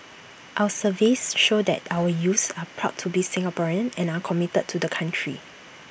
our surveys show that our youths are proud to be Singaporean and are committed to the country